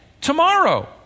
tomorrow